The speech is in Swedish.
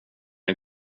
det